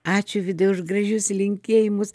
ačiū vidai už gražius linkėjimus